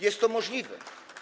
Jest to możliwe.